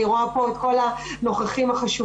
אני רואה פה את כל הנוכחים החשובים,